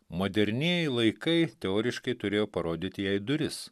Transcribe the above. modernieji laikai teoriškai turėjo parodyti jai duris